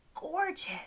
gorgeous